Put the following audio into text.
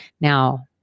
Now